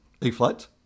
E-flat